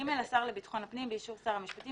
(ה) השר לביטחון הפנים באישור שר המשפטים